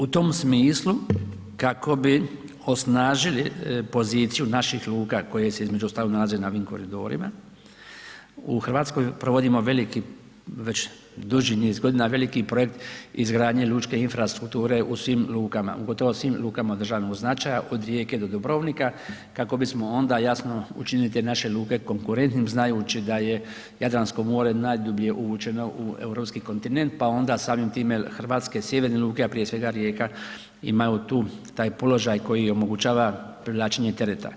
U tom smislu kako bi osnažili poziciju naših luka koje se između ostalog nalaze na ovim koridora, u Hrvatskoj provodimo veliki već duži niz godina veliki projekt izgradnje lučke infrastrukture u svim lukama, u gotovo svim lukama od državnog značaja, od Rijeke do Dubrovnika kako bismo onda jasno učinili te naše luke konkurentnim znajući da je Jadransko more najdublje uvučeno u Europski kontinent, pa onda samim time hrvatske sjeverne luke, a prije svega Rijeka imaju tu, taj položaj koji omogućava privlačenje tereta.